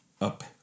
up